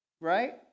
Right